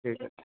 ঠিক আছে